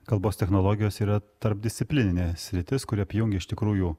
kalbos technologijos yra tarpdisciplininė sritis kuri apjungia iš tikrųjų